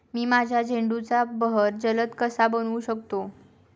मी माझ्या झेंडूचा बहर जलद कसा बनवू शकतो?